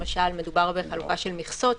למשל מדובר בחלוקה של מכסות,